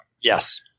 yes